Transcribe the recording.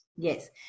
Yes